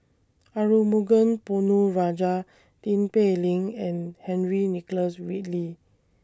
Arumugam Ponnu Rajah Tin Pei Ling and Henry Nicholas Ridley